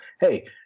hey –